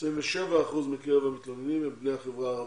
27 אחוזים מקרב המתלוננים הם בני החברה הערבית,